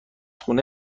خونه